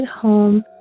home